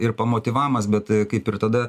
ir pamotyvavimas bet kaip ir tada